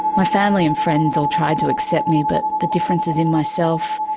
my family and friends all tried to accept me but the differences in myself,